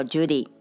Judy 。